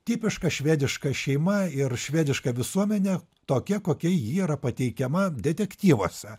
tipiška švediška šeima ir švediška visuomenė tokia kokia ji yra pateikiama detektyvuose